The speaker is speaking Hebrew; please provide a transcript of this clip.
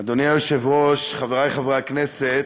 היא ועדה חשובה,